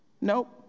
Nope